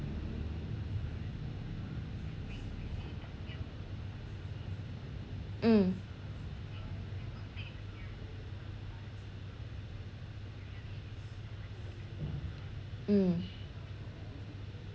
mm mm